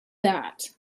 that